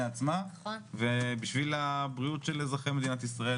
עצמה ובשביל הבריאות של אזרחי מדינת ישראל,